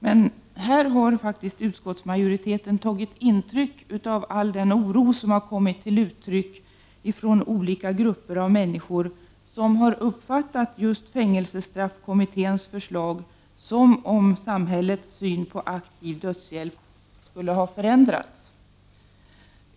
Men här har utskottsmajoriteten faktiskt tagit intryck av all den oro som kommit till uttryck från olika grupper av människor, som har uppfattat just fängelsestraffkommitténs förslag som om samhällets syn på aktiv dödshjälp skulle ha förändrats.